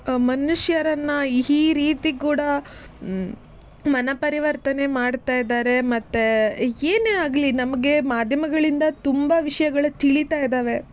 ಮನುಷ್ಯರನ್ನು ಈ ರೀತಿ ಕೂಡ ಮನಃಪರಿವರ್ತನೆ ಮಾಡ್ತಾ ಇದ್ದಾರೆ ಮತ್ತು ಏನೇ ಆಗಲಿ ನಮಗೆ ಮಾಧ್ಯಮಗಳಿಂದ ತುಂಬ ವಿಷಯಗಳು ತಿಳೀತಾ ಇದ್ದಾವೆ